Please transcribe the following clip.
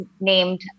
named